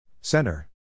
Center